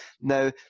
Now